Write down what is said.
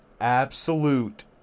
absolute